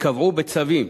ייקבעו בצווים.